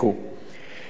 במפרץ מקסיקו,